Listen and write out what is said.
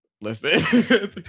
Listen